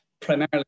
primarily